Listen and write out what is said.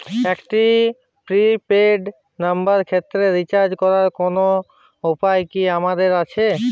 একটি prepaid নম্বরের ক্ষেত্রে রিচার্জ করার কোনো উপায় কি আমাদের আছে?